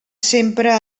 sempre